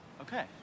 Okay